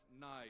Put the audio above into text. night